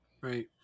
Right